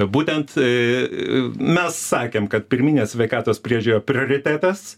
būtent mes sakėm kad pirminė sveikatos priežiūra prioritetas